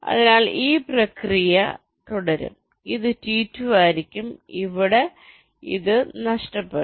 അതിനാൽ ഈ പ്രക്രിയ തുടരും ഇത് T2 ആയിരിക്കും ഇവിടെ ഇത് ഇഷ്ടപ്പെടും